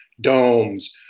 domes